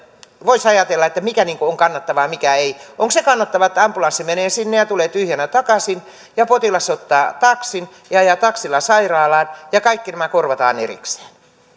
voisi ajatella että mikä on kannattavaa mikä ei onko se kannattavaa että ambulanssi menee sinne ja tulee tyhjänä takaisin ja potilas ottaa taksin ja ajaa taksilla sairaalaan ja kaikki nämä korvataan erikseen